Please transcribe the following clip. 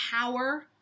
power